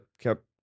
kept